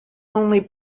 only